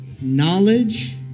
knowledge